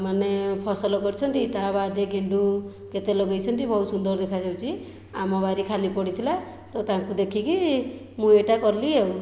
ମାନେ ଫସଲ କରିଛନ୍ତି ତା' ବାଦ୍ ଗେଣ୍ଡୁ କେତେ ଲଗାଇଛନ୍ତି ବହୁତ ସୁନ୍ଦର ଦେଖାଯାଉଛି ଆମ ବାଡ଼ି ଖାଲି ପଡ଼ିଥିଲା ତ ତାଙ୍କୁ ଦେଖିକି ମୁଁ ଏଇଟା କଲି ଆଉ